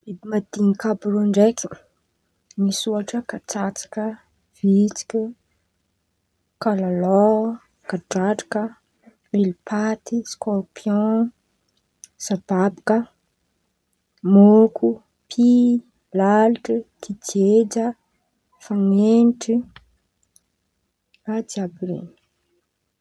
Biby madin̈iky àby irô ndraiky misy ôhatra katsatsaka, vitsiky, kalalao, kadradraka, milipaty, skôrpion, sababaka, môko, py, lalitry, kijeja, fanenitry, raha jiàby ren̈y.